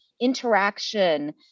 interaction